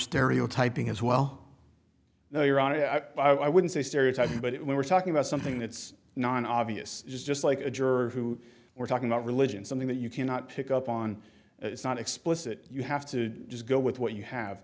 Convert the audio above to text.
stereotyping as well no your honor i wouldn't say stereotyping but it when we're talking about something that's not an obvious is just like a juror who we're talking about religion something that you cannot pick up on it's not explicit you have to just go with what you have